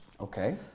Okay